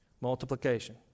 Multiplication